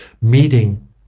meeting